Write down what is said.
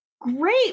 Great